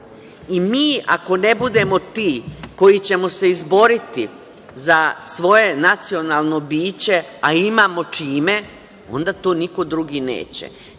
i mi ako ne budemo ti koji ćemo se izboriti za svoje nacionalno biće, a imamo čime, onda to niko drugi neće.